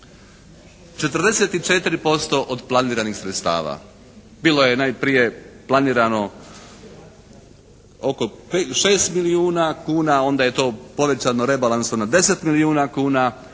44% od planiranih sredstava. Bilo je najprije planirano oko 6 milijuna kuna onda je to povećano rebalansom na 10 milijuna kuna,